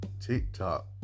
TikTok